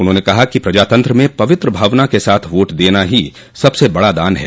उन्होंने कहा कि प्रजातंत्र में पवित्र भावना के साथ वोट देना ही सबसे बडा दान है